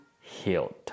healed